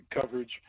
coverage